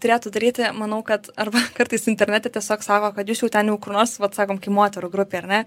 turėtų daryti manau kad arba kartais internete tiesiog sako kad jūs jau ten jau kur nors vat sakom kai moterų grupė ar ne